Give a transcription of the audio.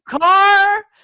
car